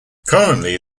currently